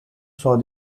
saw